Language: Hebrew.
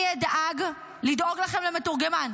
אני אדאג לדאוג לכם למתורגמן.